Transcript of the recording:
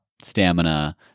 Stamina